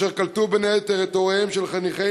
וקלטו בין היתר את הוריהם של חניכי